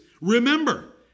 Remember